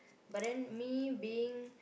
but then me being